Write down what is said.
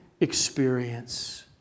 experience